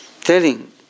Telling